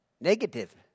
Negative